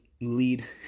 lead